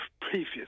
previous